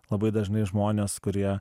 labai dažnai žmonės kurie